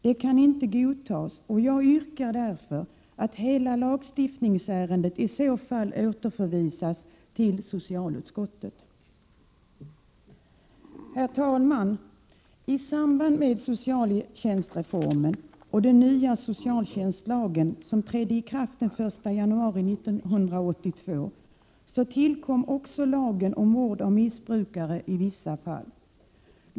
Det kan inte godtas, och jag yrkar därför att hela lagstiftningsärendet i så fall återförvisas till socialutskottet. Herr talman! I samband med socialtjänstreformen och den nya socialtjänstlagen, som trädde i kraft den 1 januari 1982, tillkom också lagen om vård av missbrukare i vissa fall.